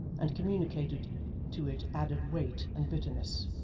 and communicated to it added weight and bitterness.